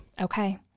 Okay